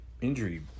Injury